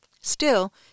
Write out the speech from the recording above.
Still